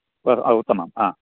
आ उत्तमं आ